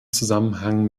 zusammenhang